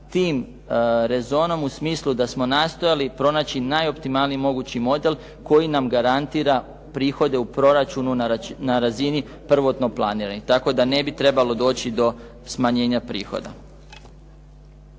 tim rezonom u smislu da smo nastojali pronaći najoptimalniji mogući model koji nam garantira prihode u proračunu na razini prvotno planiranih tako da ne bi trebalo doći do smanjenja prihoda.